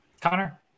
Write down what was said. Connor